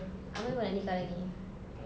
abeh apa nak nikah lagi